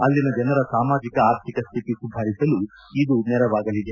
ಅಲ್ಲಿನ ಜನರ ಸಾಮಾಜಿಕ ಆರ್ಥಿಕ ಸ್ಹಿತಿ ಸುಧಾರಿಸಲು ಇದು ನೆರವಾಗಲಿದೆ